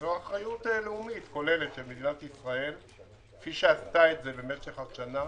זו אחריות לאומית כוללת של מדינת ישראל כפי שעשתה את זה במשך השנה,